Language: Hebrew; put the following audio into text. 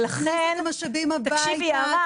תקשיבי יערה,